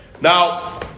Now